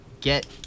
get